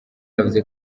yavuze